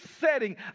setting